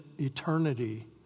eternity